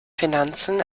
finanzen